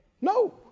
No